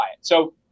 So-